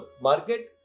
market